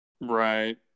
right